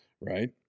Right